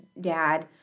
dad